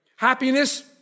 Happiness